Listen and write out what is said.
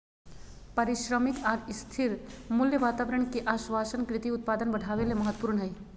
पारिश्रमिक आर स्थिर मूल्य वातावरण के आश्वाशन कृषि उत्पादन बढ़ावे ले महत्वपूर्ण हई